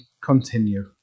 continue